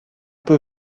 peu